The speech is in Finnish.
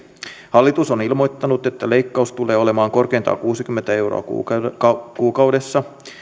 hallitus on ilmoittanut että leikkaus tulee olemaan korkeintaan kuusikymmentä euroa kuukaudessa